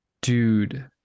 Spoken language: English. dude